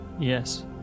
yes